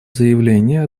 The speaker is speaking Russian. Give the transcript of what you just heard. заявления